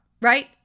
Right